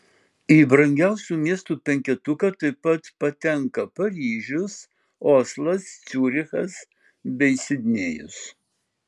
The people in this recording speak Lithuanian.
į brangiausių miestų penketuką taip pat patenka paryžius oslas ciurichas bei sidnėjus